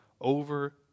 over